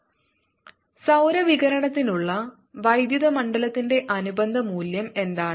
Solar energy energy time area1350 Wm2 സൌരവികിരണത്തിനുള്ള വൈദ്യുത മണ്ഡലത്തിന്റെ അനുബന്ധ മൂല്യം എന്താണ്